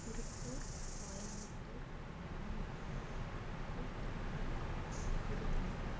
Tiruppur Coimbatore Namakkal Thoothukudi Virudhunagar